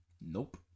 Nope